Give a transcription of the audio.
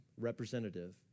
representative